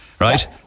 right